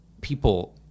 people